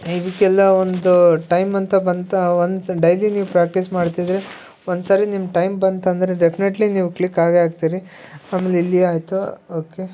ಇದಕ್ಕೆಲ್ಲ ಒಂದು ಟೈಮಂತ ಬಂತಾ ಒನ್ಸ್ ಡೈಲಿ ನೀವು ಪ್ರ್ಯಾಕ್ಟೀಸ್ ಮಾಡ್ತಿದ್ದರೆ ಒಂದ್ಸರಿ ನಿಮ್ಮ ಟೈಮ್ ಬಂತಂದರೆ ಡೆಫಿನೆಟ್ಲಿ ನೀವು ಕ್ಲಿಕ್ ಆಗೇ ಆಗ್ತೀರಿ ಆಮೇಲೆ ಇಲ್ಲಿ ಆಯಿತು ಓಕೆ